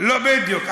בדיוק.